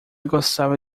gostava